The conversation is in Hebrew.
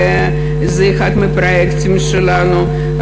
זה אחד מהפרויקטים שלנו,